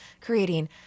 creating